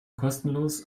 kostenlos